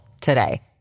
today